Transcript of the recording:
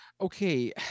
okay